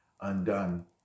undone